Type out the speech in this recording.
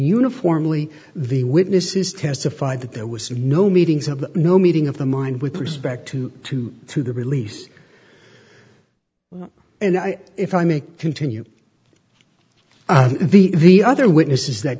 uniformly the witnesses testified that there was no meetings of the no meeting of the mind with respect to two to the release and i if i may continue the the other witnesses that